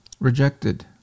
Rejected